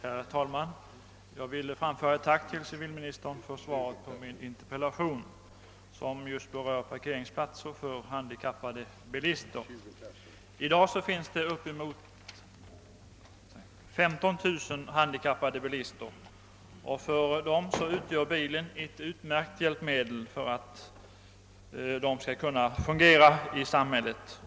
Herr talman! Jag vill framföra ett tack till civilministern för svaret på min interpellation rörande parkeringsplatser för handikappade bilister. Det finns i dag inemot 15 000 handi kappade bilförare. För dem är bilen ett utmärkt hjälpmedel att komma utanför hemmet och att fungera i samhället.